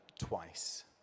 twice